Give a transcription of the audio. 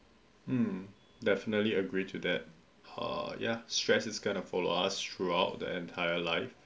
hmm definitely agree to that err ya stress is gonna follow us throughout the entire life